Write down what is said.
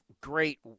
great